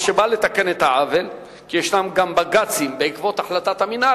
שבאה לתקן את העוול יש גם בג"צים בעקבות החלטת המינהל,